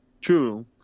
True